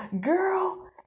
girl